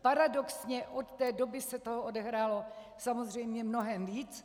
Paradoxně od té doby se toho odehrálo samozřejmě mnohem víc.